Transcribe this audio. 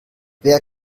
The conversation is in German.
wer